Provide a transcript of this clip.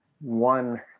one